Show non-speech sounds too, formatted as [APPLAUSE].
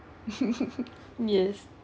[LAUGHS] [LAUGHS] yes